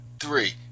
three